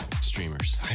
Streamers